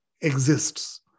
exists